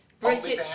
British